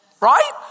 Right